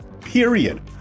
Period